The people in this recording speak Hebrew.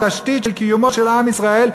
התשתית של קיומו של עם ישראל,